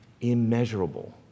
Immeasurable